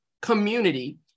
community